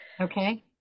Okay